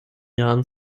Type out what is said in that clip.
jahren